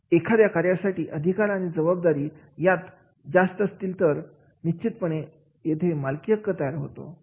जर एखाद्या कार्यासाठी अधिकार आणि जबाबदारी यात जास्त असतील तर निश्चितपणे येथे मालकीहक्क तयार होतो